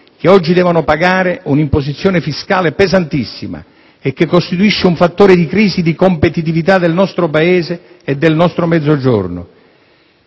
che oggi devono pagare un'imposizione fiscale pesantissima e che costituisce un fattore di crisi di competitività del nostro Paese e del nostro Mezzogiorno.